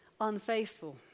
unfaithful